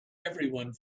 everyone